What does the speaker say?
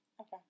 Okay